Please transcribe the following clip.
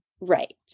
Right